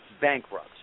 bankrupt